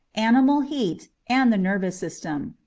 animal heat, and the nervous system.